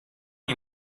you